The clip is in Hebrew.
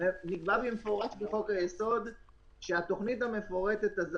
נקבע במפורש בחוק היסוד שהתוכנית המפורטת,